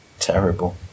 Terrible